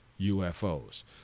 UFOs